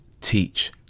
teach